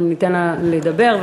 אנחנו ניתן לה לדבר,